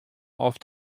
oft